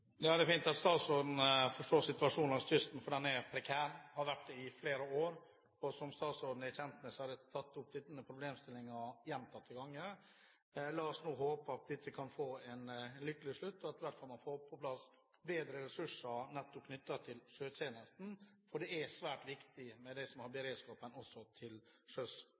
Det er fint at statsråden forstår situasjonen langs kysten, for den er prekær og har vært det i flere år. Som statsråden er kjent med, har jeg tatt opp denne problemstillingen gjentatte ganger. La oss nå håpe at dette kan få en lykkelig slutt, og at man i hvert fall får på plass bedre ressurser knyttet til sjøtjenesten, for det er svært viktig med beredskapen også til sjøs.